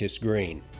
Green